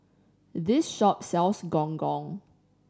this shop sells Gong Gong